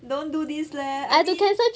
don't do this leh I mean